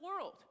world